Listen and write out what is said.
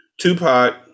Tupac